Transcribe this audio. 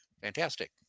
fantastic